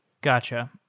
Gotcha